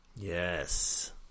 Yes